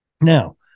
Now